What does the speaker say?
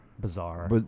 Bizarre